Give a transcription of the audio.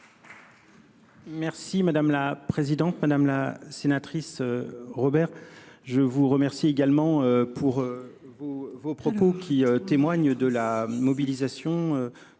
Merci madame la présidente, madame la sénatrice Robert. Je vous remercie également pour. Vos propos qui témoigne de la mobilisation du